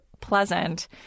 pleasant